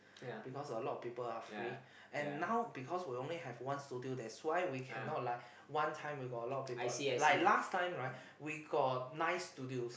because a lot of people are free and now because we only have one studio that's why we cannot like one time we got a lot of people like last time right we got nine studios